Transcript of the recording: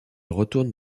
retourne